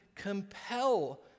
Compel